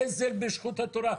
גזל רשות התורה.